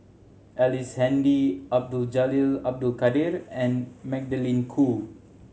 Ellice Handy Abdul Jalil Abdul Kadir and Magdalene Khoo